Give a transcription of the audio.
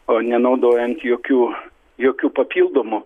o nenaudojant jokių jokių papildomų